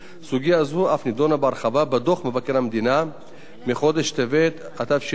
סוגיה זו אף נדונה בהרחבה בדוח מבקר המדינה מחודש טבת התש"ע,